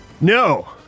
No